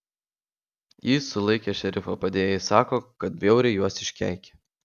jį sulaikę šerifo padėjėjai sako kad bjauriai juos iškeikė